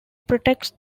protects